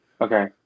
Okay